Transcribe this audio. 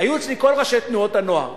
היו אצלי כל ראשי תנועות הנוער,